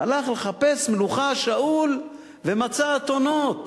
הלך לחפש מלוכה, שאול, ומצא אתונות.